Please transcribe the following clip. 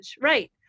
Right